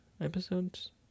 episodes